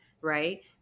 Right